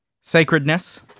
Sacredness